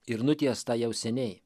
ir nutiestą jau seniai